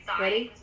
ready